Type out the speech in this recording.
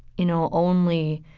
you know, only